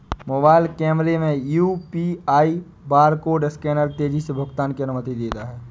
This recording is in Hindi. मोबाइल कैमरे में यू.पी.आई बारकोड स्कैनर तेजी से भुगतान की अनुमति देता है